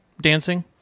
dancing